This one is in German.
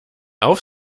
auf